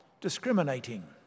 discriminating